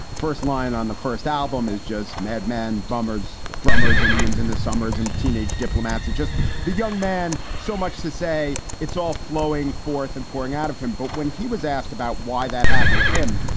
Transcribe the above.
first line on the first album is just mad man bummers, drummers, indians in the summers and teenage diplomats are just the young man. so much to say. it's all flowing forth and pouring out of him. but when he was asked about why that happened with him,